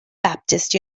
baptist